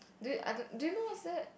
do you i don't~ do you know what's that